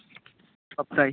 সপ্তাহে